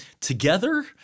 together